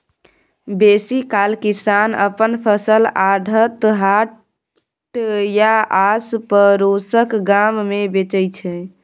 बेसीकाल किसान अपन फसल आढ़त, हाट या आसपरोसक गाम मे बेचै छै